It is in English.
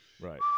Right